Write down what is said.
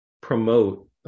promote